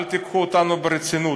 אל תיקחו אותנו ברצינות,